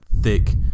thick